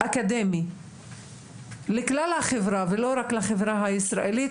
אלא גם עניינים או דרישות דיסציפלינריות,